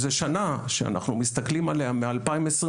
זה שנה שאנחנו מסתכלים עליה מ-2023,